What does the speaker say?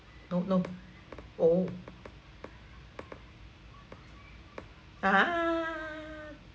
oh no oh ah ha